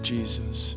Jesus